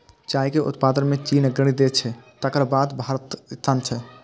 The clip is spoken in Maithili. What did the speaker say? चाय के उत्पादन मे चीन अग्रणी देश छियै, तकर बाद भारतक स्थान छै